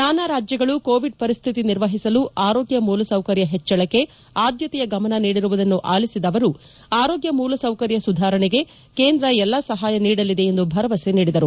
ನಾನಾ ರಾಜ್ಯಗಳು ಕೋವಿಡ್ ಪರಿಸ್ಥಿತಿ ನಿರ್ವಹಿಸಲು ಆರೋಗ್ಯ ಮೂಲಸೌಕರ್ಯ ಹೆಚ್ಚಳಕ್ಕೆ ಆದ್ಯತೆಯ ಗಮನ ನೀಡಿರುವುದನ್ನು ಆಲಿಸಿದ ಅವರು ಆರೋಗ್ಯ ಮೂಲಸೌಕರ್ಯ ಸುಧಾರಣೆಗೆ ಕೇಂದ್ರ ಎಲ್ಲ ಸಹಾಯ ನೀಡಲಿದೆ ಎಂದು ಭರವಸೆ ನೀಡಿದರು